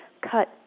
cut